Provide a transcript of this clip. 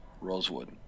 rosewood